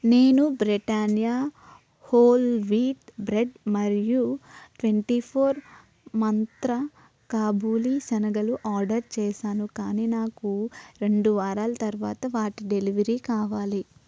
నేను Britannia whole wheat bread మరియు twenty four Mantra కాబూలి శనగలు ఆర్డర్ చేశాను కానీ నాకు రెండు వారాలు తరువాత వాటి డెలివరీ కావాలి